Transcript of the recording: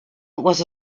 was